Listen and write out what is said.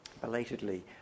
belatedly